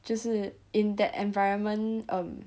就是 in that environment um